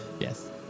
Yes